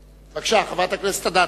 בבקשה, חברת הכנסת אדטו.